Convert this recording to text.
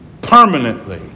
Permanently